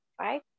right